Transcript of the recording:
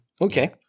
Okay